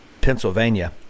Pennsylvania